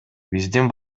биздин